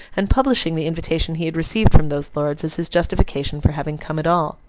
and publishing the invitation he had received from those lords, as his justification for having come at all.